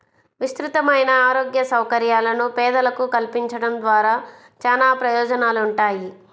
విస్తృతమైన ఆరోగ్య సౌకర్యాలను పేదలకు కల్పించడం ద్వారా చానా ప్రయోజనాలుంటాయి